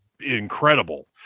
incredible